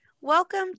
welcome